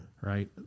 right